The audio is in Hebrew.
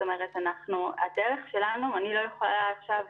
זאת אומרת, אני לא יכולה עכשיו